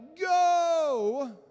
go